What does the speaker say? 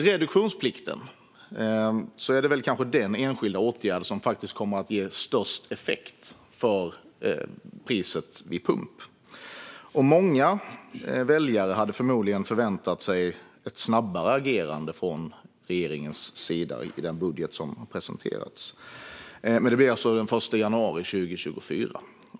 Reduktionsplikten är kanske den enskilda åtgärd som kommer att ge störst effekt på priset vid pump. Många väljare hade förmodligen förväntat sig ett snabbare agerande från regeringens sida i den budget som har presenterats, men det blir alltså den 1 januari 2024.